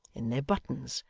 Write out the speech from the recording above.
in their buttons,